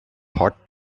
hot